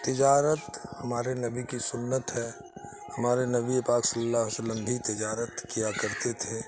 تجارت ہمارے نبی کی سنت ہے ہمارے نبی پاک صلی اللہ علیہ وسلم بھی تجارت کیا کرتے تھے